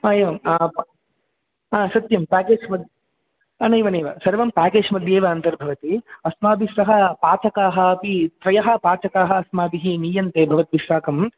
एवं सत्यं पेकेज् म नैव नैव सर्वं पेकेज् मध्ये एव अन्तर्भवति अस्माभिस्सह पाचकाः अपि त्रयः पाचकाः अस्माभिः नीयन्ते भवद्भिस्साकम्